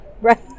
Right